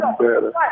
better